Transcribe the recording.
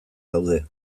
daude